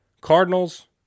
Cardinals